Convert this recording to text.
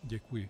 Děkuji.